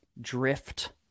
drift